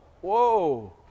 Whoa